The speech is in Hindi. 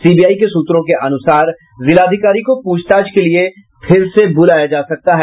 सीबीआई के सूत्रों के अनुसार जिलाधिकारी को पूछताछ के लिए फिर से बुलाया जा सकता है